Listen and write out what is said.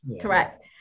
Correct